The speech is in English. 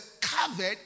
covered